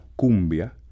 cumbia